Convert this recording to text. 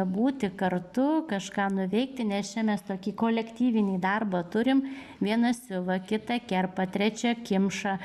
būti kartu kažką nuveikti nes čia mes tokį kolektyvinį darbą turim viena siuva kita kerpa trečia kimša